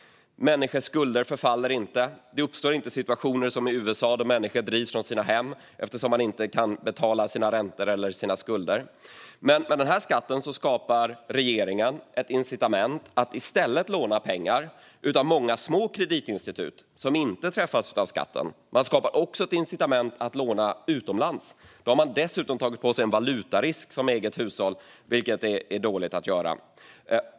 Människors skulder förfaller inte. Det uppstår inte situationer som i USA, där människor drivs från sina hem när de inte kan betala sina räntor och skulder. Med den här skatten skapar dock regeringen ett incitament att i stället låna pengar av många små kreditinstitut som inte träffas av skatten. Man skapar också ett incitament att låna utomlands. Detta innebär att hushållen tar på sig en valutarisk, vilket är dåligt.